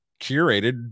curated